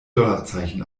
dollarzeichen